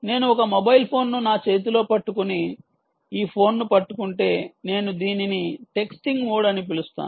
నేను ఒక మొబైల్ ఫోన్ను నా చేతిలో పట్టుకుని ఈ ఫోన్ను పట్టుకుంటే నేను దీనిని టెక్స్టింగ్ మోడ్ అని పిలుస్తాను